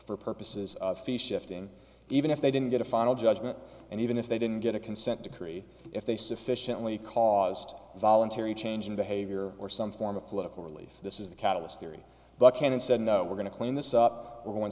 for purposes of fee shifting even if they didn't get a final judgment and even if they didn't get a consent decree if they sufficiently caused a voluntary change in behavior or some form of political release this is the catalyst theory buckhannon said and we're going to clean this up we're going